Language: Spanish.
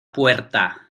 puerta